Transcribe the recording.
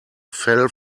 fell